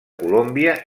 colòmbia